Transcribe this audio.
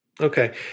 Okay